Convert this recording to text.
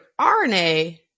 RNA